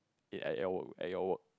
eat at your work at your work